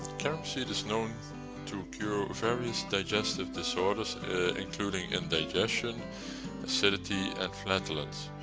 carom seed is known to cure various digestive disorders including indigestion, acidity and flatulence.